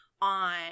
on